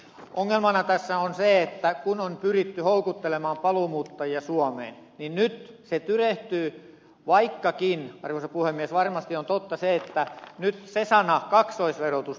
ongelmana tässä on se että kun on pyritty houkuttelemaan paluumuuttajia suomeen niin nyt paluumuutto tyrehtyy vaikkakin arvoisa puhemies varmasti on totta se että nyt se sana kaksoisverotus poistuu